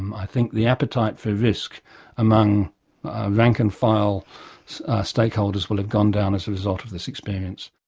i think the appetite for risk among rank and file stakeholders will have gone down as a result of this experience.